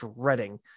dreading